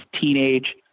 teenage